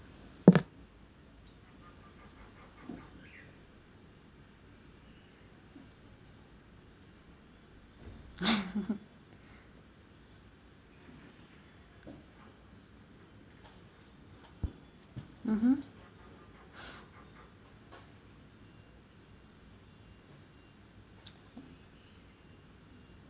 mmhmm oh